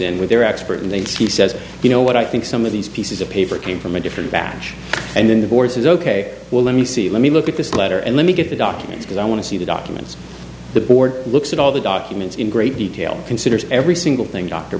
in with their expert and then she says you know what i think some of these pieces of paper came from a different package and then the board says ok well let me see let me look at this letter and let me get the documents because i want to see the documents the board looks at all the documents in great detail considers every single thing d